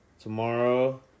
Tomorrow